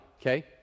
okay